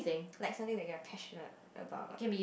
like something that you're passionate about